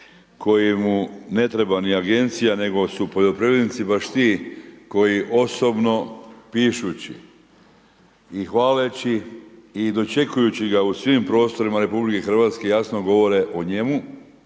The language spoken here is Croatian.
kojemu ne treba ni agencija nego su poljoprivrednici baš ti koji osobno pišući i hvaleći i dočekujući ga u svim prostorima RH, jasno govore o njemu